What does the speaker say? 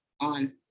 on